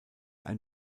ein